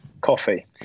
Coffee